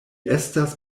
estas